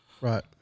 Right